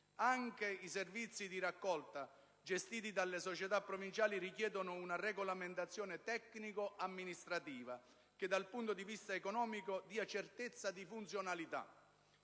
Anche i servizi di raccolta gestiti dalle società provinciali richiedono una regolamentazione tecnico-amministrativa che dal punto di vista economico dia certezza di funzionalità.